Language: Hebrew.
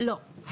לא.